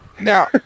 Now